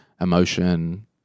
emotion